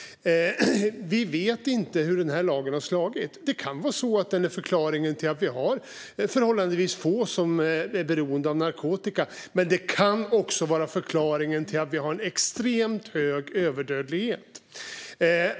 Vi vet inte hur den lagen har slagit. Det kan vara så att den är förklaringen till att vi har förhållandevis få som är beroende av narkotika. Men det kan också vara förklaringen till att vi har en extremt hög överdödlighet.